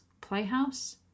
playhouse